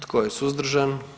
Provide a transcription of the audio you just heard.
Tko je suzdržan?